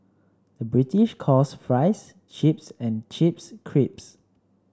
the British calls fries chips and chips crisps